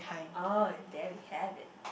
oh there we have it